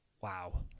Wow